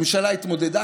הממשלה התמודדה,